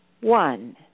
one